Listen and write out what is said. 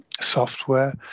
software